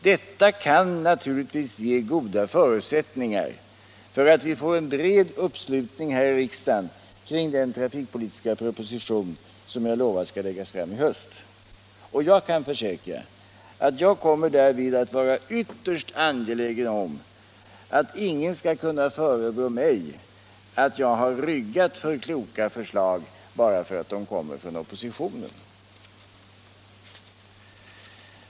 Detta kan naturligtvis ge goda förutsättningar för att vi här i riksdagen får en bred uppslutning kring den trafikpolitiska proposition som jag lovat skall läggas fram i höst. Jag kan försäkra att jag därvid kommer att vara ytterst angelägen om att ingen skall kunna förebrå mig att jag har ryggat för kloka förslag bara därför att de kommer från oppositionen.